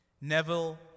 Neville